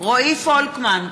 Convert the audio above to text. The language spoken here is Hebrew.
רועי פולקמן,